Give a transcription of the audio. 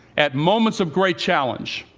at moments of great challenge,